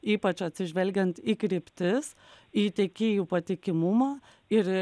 ypač atsižvelgiant į kryptis į tiekėjų patikimumą ir